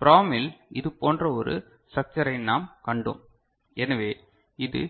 PROM இல் இது போன்ற ஒரு ஸ்டரக்சரை நாம் கண்டோம் எனவே இது